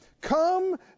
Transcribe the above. come